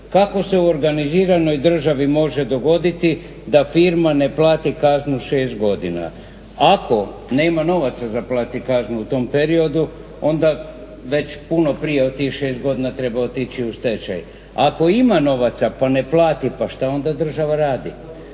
kako se u organiziranoj državi može dogoditi da firma ne plati kaznu šest godina. Ako nema novaca za platiti kaznu u tom periodu, onda već puno prije od tih 6 godina treba otići u stečaj. Ako ima novaca, a ne plati pa šta onda država radi?